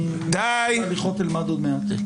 הליכות אלמד עוד מעט.